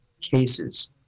cases